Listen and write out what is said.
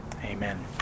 Amen